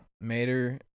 Mater